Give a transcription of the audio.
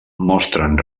mostren